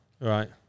Right